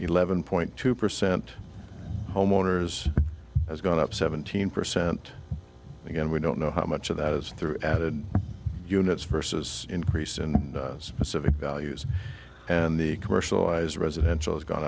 eleven point two percent homeowners has gone up seventeen percent again we don't know how much of that is through added units versus increase in specific values and the commercialised residential has gone